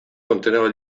conteneva